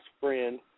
friend